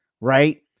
right